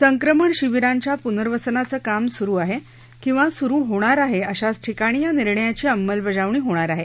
संक्रमण शिबिरांच्या पुनर्वसनाचं काम सुरू आहे किंवा सुरु होणार आहे अशाच ठिकाणी या निर्णयाची अंमलबजावणी होणार आहे